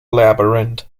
labyrinth